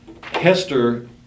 Hester